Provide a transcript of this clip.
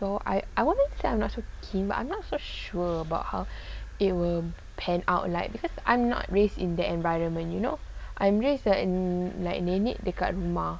so I I wanted that I'm not so keen but I'm not so sure about how it will pan out like because I'm not raised in the environment you know I'm raised in like nenek dekat rumah